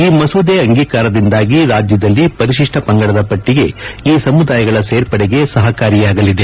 ಈ ಮಸೂದೆ ಅಂಗೀಕಾರದಿಂದಾಗಿ ರಾಜ್ಯದಲ್ಲಿ ಪರಿತಿಷ್ಟ ಪಂಗಡದ ಪಟ್ಟಿಗೆ ಈ ಸಮುದಾಯಗಳ ಸೇರ್ಪಡೆಗೆ ಸಹಕಾರಿಯಾಗಲಿದೆ